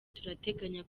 turateganya